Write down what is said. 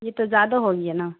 یہ تو زیادہ ہو گیا نا